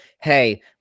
Hey